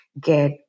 get